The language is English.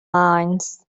mines